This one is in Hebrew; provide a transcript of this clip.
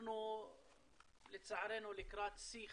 אנחנו לצערנו לקראת שיא חדש,